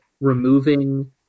removing